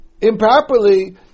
improperly